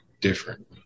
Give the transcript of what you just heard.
different